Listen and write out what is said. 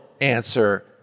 answer